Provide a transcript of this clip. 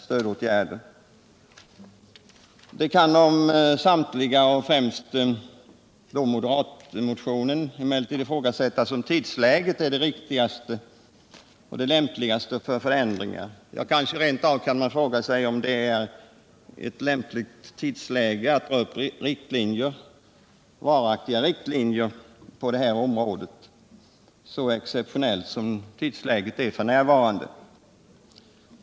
När det gäller samtliga motioner men kanske främst då moderatmotionen kan det ifrågasättas om tidsläget är det lämpligaste för förändringar. Man kanske rent av kan fråga sig om det över huvud taget är lämpligt att nu dra upp varaktiga riktlinjer på dessa områden, så exceptionellt som tidsläget f. n. är.